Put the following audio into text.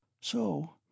So